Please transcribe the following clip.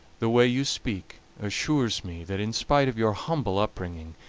the way you speak assures me that, in spite of your humble upbringing,